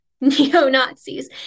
neo-Nazis